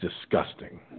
disgusting